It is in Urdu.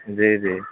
جی جی